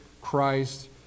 Christ